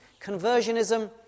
Conversionism